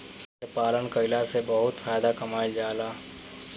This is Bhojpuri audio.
भेड़ पालन कईला से बहुत फायदा कमाईल जा जाला